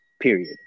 period